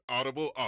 Audible